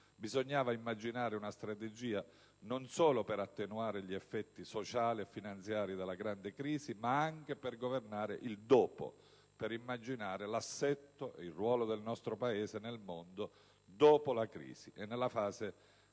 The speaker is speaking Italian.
Bisognava immaginare una strategia, non solo per attenuare gli effetti sociali e finanziari della grande crisi, ma anche per governare il dopo, per immaginare l'assetto e il ruolo del nostro Paese nel mondo dopo la crisi e nella fase della